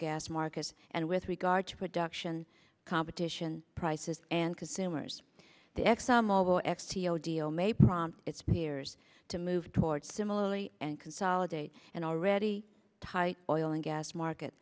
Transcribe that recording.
gas markets and with regard to production competition prices and consumers the exxon mobil x t o deal may prompt its peers to move toward similarly and consolidate and already tight oil and gas market